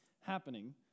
happening